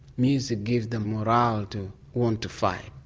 music gives them morale to want to fight.